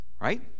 Right